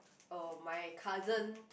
oh my cousin